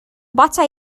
butter